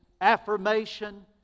affirmation